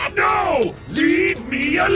no, leave me